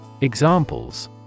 Examples